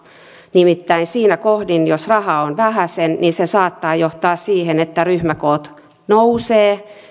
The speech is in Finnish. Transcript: nimittäin siinä kohdin jos rahaa on vähäsen se saattaa johtaa siihen että ryhmäkoot kasvavat